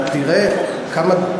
ברמה העקרונית.